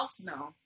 No